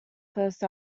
first